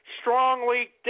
strongly